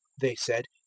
they said,